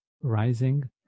Rising